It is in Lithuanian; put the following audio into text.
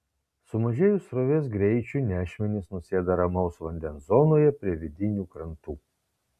sumažėjus srovės greičiui nešmenys nusėda ramaus vandens zonoje prie vidinių krantų